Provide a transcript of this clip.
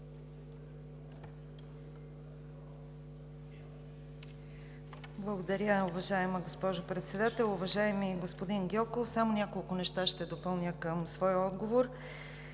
Благодаря, уважаема госпожо Председател. Уважаеми господин Гьоков, само няколко неща ще допълня към своя отговор.